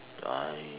I